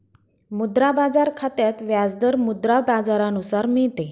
मुद्रा बाजार खात्यात व्याज दर मुद्रा बाजारानुसार मिळते